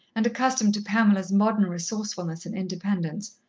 and accustomed to pamela's modern resourcefulness and independence,